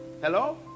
hello